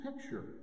picture